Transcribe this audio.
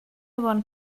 want